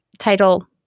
title